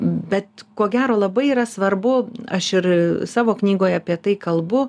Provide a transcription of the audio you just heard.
bet ko gero labai yra svarbu aš ir savo knygoje apie tai kalbu